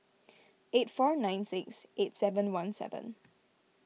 eight four nine six eight seven one seven